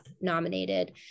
nominated